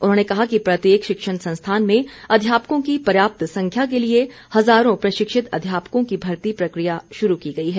उन्होंने कहा कि प्रत्येक शिक्षण संस्थान में अध्यापकों की पर्याप्त संख्या के लिए हज़ारों प्रशिक्षित अध्यापकों की भर्ती प्रक्रिया शुरू की गई है